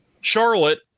Charlotte